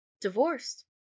Divorced